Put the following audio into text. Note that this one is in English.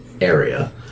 area